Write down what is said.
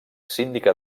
síndica